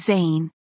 Zane